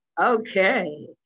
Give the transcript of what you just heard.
Okay